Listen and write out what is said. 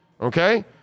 okay